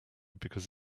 because